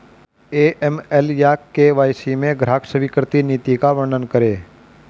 AML या KYC में ग्राहक स्वीकृति नीति का वर्णन करें?